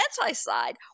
anti-side